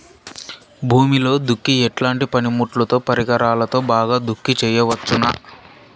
భూమిలో దుక్కి ఎట్లాంటి పనిముట్లుతో, పరికరాలతో బాగా దుక్కి చేయవచ్చున?